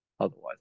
Otherwise